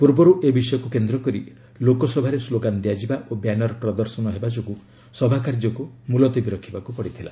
ପୂର୍ବରୁ ଏ ବିଷୟକୁ କେନ୍ଦ୍ର କରି ଲୋକସଭାରେ ସ୍କୋଗାନ୍ ଦିଆଯିବା ଓ ବ୍ୟାନର୍ ପ୍ରଦର୍ଶନ ହେବାରୁ ସଭାକାର୍ଯ୍ୟକୁ ମୁଲତବୀ ରଖିବାକୁ ପଡ଼ିଥିଲା